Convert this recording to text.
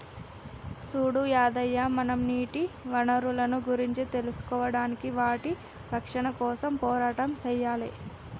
సూడు యాదయ్య మనం నీటి వనరులను గురించి తెలుసుకోడానికి వాటి రక్షణ కోసం పోరాటం సెయ్యాలి